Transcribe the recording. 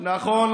נכון.